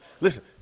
Listen